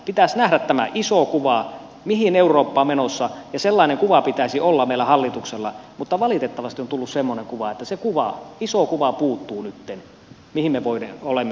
pitäisi nähdä tämä iso kuva mihin eurooppa on menossa ja sellainen kuva pitäisi olla meidän hallituksella mutta valitettavasti on tullut semmoinen kuva että se kuva iso kuva puuttuu nyt mihin me olemme menossa euroopassa